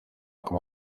como